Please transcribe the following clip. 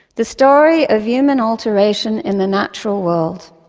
the story of human alteration in the natural world.